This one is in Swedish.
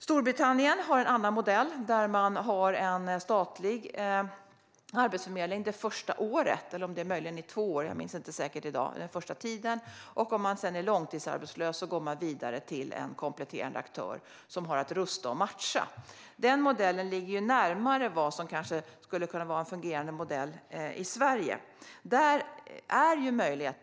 Storbritannien har en annan modell, där man har en statlig arbetsförmedling den första tiden - det är ett eller möjligen två år; jag minns inte säkert - och om man sedan är långtidsarbetslös går man vidare till en kompletterande aktör som har att rusta och matcha. Den modellen ligger närmare vad som skulle kunna vara en fungerande modell i Sverige.